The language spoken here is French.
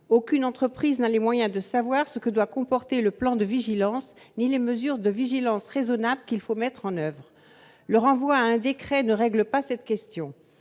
Aucune entreprise n'a les moyens de savoir ni ce que doit comporter le plan de vigilance ni quelles sont les mesures de « vigilance raisonnable » qui doivent être mises en oeuvre. Le renvoi à un décret ne règle pas cette question